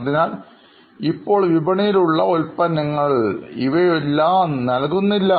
അതിനാൽ ഇപ്പോൾ വിപണിയിൽ ഉള്ള ഉൽപ്പന്നങ്ങൾ ഇവയെല്ലാം നൽകുന്നില്ല